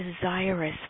desirous